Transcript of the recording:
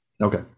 okay